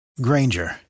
Granger